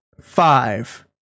five